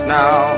now